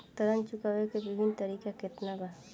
ऋण चुकावे के विभिन्न तरीका केतना बा?